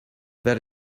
that